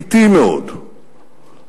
אטי מאוד,